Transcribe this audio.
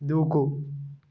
దూకు